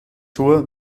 tue